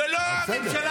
זאת לא הממשלה.